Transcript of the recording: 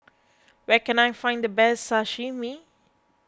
where can I find the best Sashimi